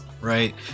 right